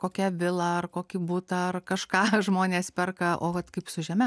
kokią vilą ar kokį butą ar kažką žmonės perka o vat kaip su žeme